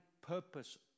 purpose